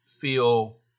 feel